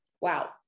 Wow